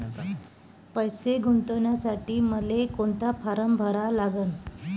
पैसे गुंतवासाठी मले कोंता फारम भरा लागन?